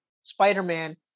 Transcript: Spider-Man